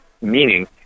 meaning